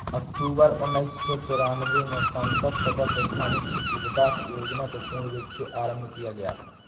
अक्टूबर उन्नीस सौ चौरानवे में संसद सदस्य स्थानीय क्षेत्र विकास योजना को पूर्ण रूप से आरम्भ किया गया था